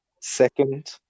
second